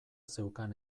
zeukan